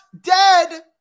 dead